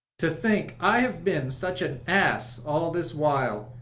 to think i have been such an ass all this while,